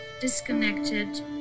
disconnected